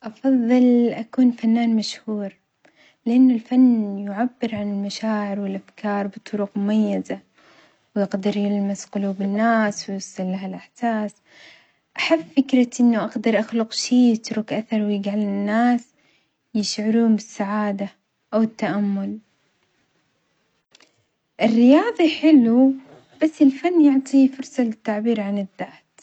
أفظل أكون فنان مشهور لأن الفن يعبر عن المشاعر والأفكار بطرق مميزة ويقدر يلمس قلوب الناس ويوصلها الإحساس، أحب فكر إنه أقدر أخلق شي يترك أثر ويجعل الناس يشعرون بالسعادة أو التأمل، الرياظي حلو بس الفن يعطي فرصة للتعبير عن الذات.